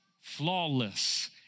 flawless